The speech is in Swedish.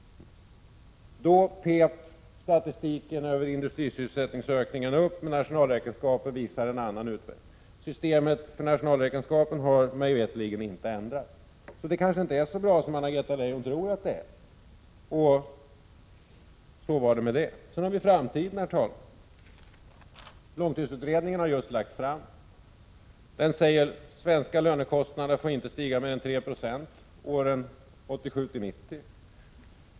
Då pep statistiken över industrisysselsättningsökningen upp, men nationalräkenskapen visar en annan utveckling. Systemet för nationalräkenskapen har mig veterligt inte ändrats, så det kanske inte är så bra som Anna-Greta Leijon tror att det är. Så var det med det. Sedan har vi framtiden. Långtidsutredningen har just lagt fram sitt betänkande. Den säger att svenska lönekostnader inte får stiga mer än 3 90 åren 1987-1990.